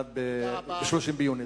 ב-30 ביוני.